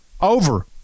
Over